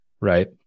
right